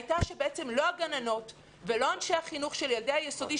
הייתה שבעצם לא הגננות ולא אנשי החינוך של ילדי היסודי,